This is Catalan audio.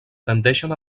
tendeixen